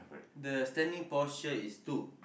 the standing posture is two